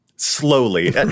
Slowly